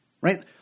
right